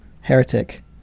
heretic